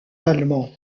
allemand